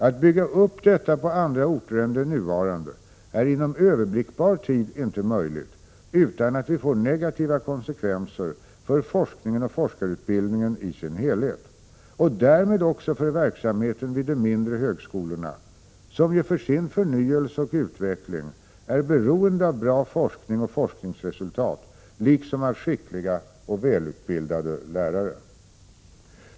Att bygga upp detta på andra orter än de nuvarande är inom överblickbar tid inte möjligt utan negativa konsekvenser för forskningen och forskarutbildningen i sin helhet och därmed också för verksamheten vid de mindre högskolorna, som ju för sin förnyelse och utveckling är beroende av bra forskning och forskningsresultat liksom av skickliga och välutbildade lärare.